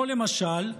למשל,